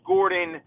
Gordon